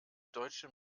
deutsche